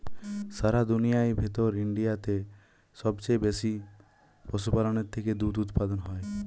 সারা দুনিয়ার ভেতর ইন্ডিয়াতে সবচে বেশি পশুপালনের থেকে দুধ উপাদান হয়